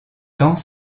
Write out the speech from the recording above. temps